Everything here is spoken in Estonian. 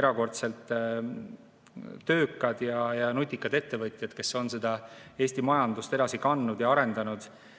erakordselt töökad ja nutikad ettevõtjad, kes on Eesti majandust edasi kandnud ja arendanud